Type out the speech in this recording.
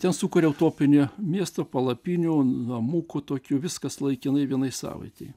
ten sukuria utopinę miesto palapinių namukų tokių viskas laikinai vienai savaitei